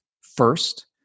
First